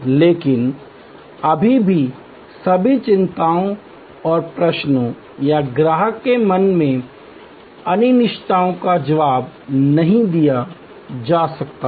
लेकिन अभी भी सभी चिंताओं और प्रश्नों या ग्राहक के मन में अनिश्चितताओं का जवाब नहीं दिया जा सकता है